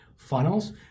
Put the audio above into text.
funnels